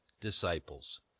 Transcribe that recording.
disciples